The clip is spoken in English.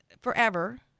forever